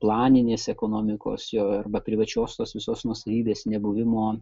planinės ekonomikos jo arba privačiosios tos visos nuosavybės nebuvimo